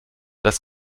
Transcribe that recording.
das